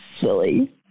silly